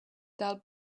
dal